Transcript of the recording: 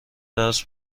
درس